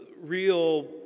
real